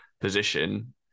position